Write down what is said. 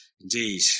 indeed